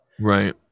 Right